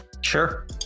sure